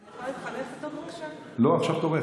אני יכולה להתחלף איתו, בבקשה, לא, עכשיו תורך.